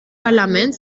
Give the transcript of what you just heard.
parlament